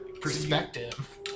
Perspective